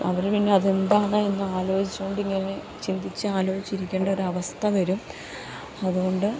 അവർ പിന്നെ അതെന്താണ് എന്ന് ആലോചിച്ചുകൊണ്ട് ഇങ്ങനെ ചിന്തിച്ച് ആലോചിച്ചിരിക്കേണ്ട ഒരു അവസ്ഥ വരും അതുകൊണ്ട്